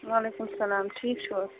وعلیکُم سلام ٹھیٖک چھِو حظ